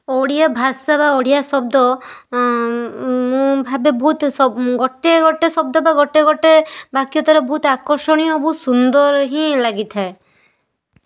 ଓଡ଼ିଆ ଭାଷା ବା ଓଡ଼ିଆ ଶବ୍ଦ ମୁଁ ଭାବେ ବହୁତ ସବୁ ଗୋଟେ ଗୋଟେ ଶବ୍ଦ ବା ଗୋଟେ ଗୋଟେ ବାକ୍ୟ ତାର ବହୁତ ଆକର୍ଷଣୀୟ ବହୁତ ସୁନ୍ଦର ହିଁ ଲାଗିଥାଏ